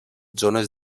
zones